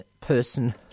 person